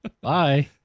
Bye